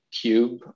cube